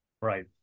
Right